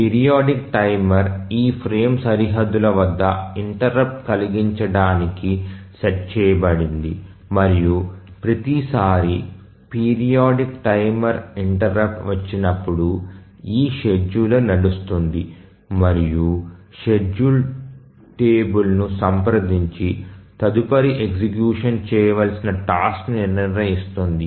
periodic timer ఈ frame సరిహద్దుల వద్ద ఇంటెర్రుప్ట్ కలిగించడానికి సెట్ చేయబడింది మరియు ప్రతిసారీ పీరియాడిక్ టైమర్ ఇంటెర్రుప్ట్ వచ్చినప్పుడు ఈ షెడ్యూలర్ నడుస్తుంది మరియు షెడ్యూల్ టేబుల్ ను సంప్రదించి తదుపరి ఎగ్జిక్యూట్ చేయవలసిన టాస్క్ ను నిర్ణయిస్తుంది